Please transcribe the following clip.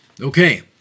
Okay